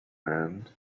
hand